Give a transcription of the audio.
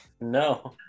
No